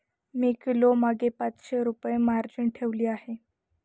मी किलोमागे पाचशे रुपये मार्जिन ठेवली आहे